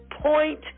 point